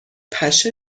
پشه